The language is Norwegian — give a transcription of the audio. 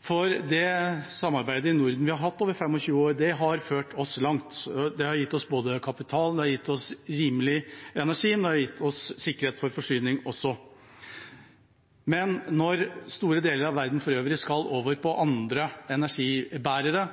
for det samarbeidet vi har hatt i Norden over 25 år, har ført oss langt. Det har gitt oss kapital, rimelig energi og sikkerhet for forsyning. Men når store deler av den øvrige verden skal over på andre energibærere,